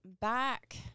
back